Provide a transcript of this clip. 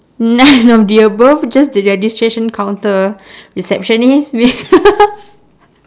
none of the above just the registration counter receptionist may~